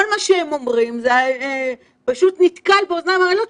מה שהם אומרים זה פשוט נתקל באוזניים ערלות,